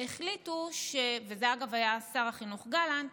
החליטו, אגב זה היה שר החינוך גלנט,